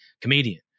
comedian